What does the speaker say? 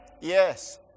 Yes